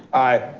aye.